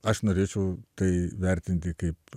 aš norėčiau tai vertinti kaip